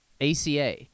ACA